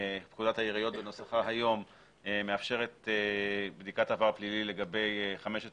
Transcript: שפקודת העיריות בנוסחה היום מאפשרת בדיקת עבר פלילי לגבי חמשת